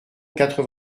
quatre